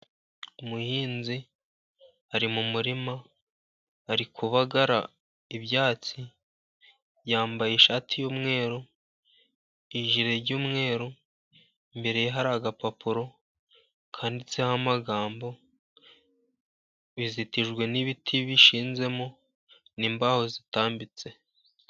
Umuhinzi ari mu murima ari kubagara ibyatsi, yambaye ishati yumweru, ijire y'umweru, imbere hari agapapuro kanditseho amagambo, bizitijwe n'ibiti bishinzemo, n'imbaho zitambitse.